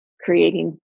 creating